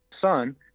son